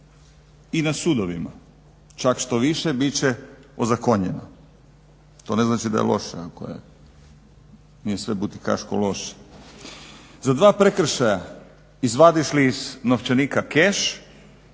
i na sudovima. Čak štoviše bit će ozakonjeno. To ne znači da je loše ako je, nije sve butikaško loše. Za dva prekršaja izvadiš li iz novčanika keš